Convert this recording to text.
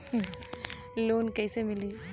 Loan कइसे मिलि?